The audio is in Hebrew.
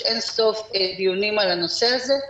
יש אין סוף דיונים על הנושא הזה.